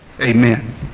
Amen